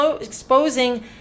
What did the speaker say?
exposing